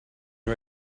you